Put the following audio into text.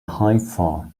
haifa